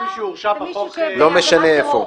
כל מי שהורשע בחוק --- לא משנה איפה.